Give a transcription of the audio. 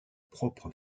propre